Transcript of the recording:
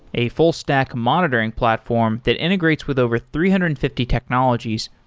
a full stack monitoring platform that integrates with over three hundred and fifty technologies,